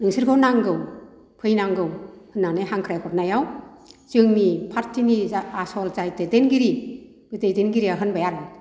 नोंसोरखौ नांगौ फैनांगौ होननानै हांख्राइहरनायाव जोंनि फारथिनि जा आसल जाय दैदेनगिरि बे दैदेनगिरिआ होनबाय आरो